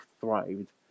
thrived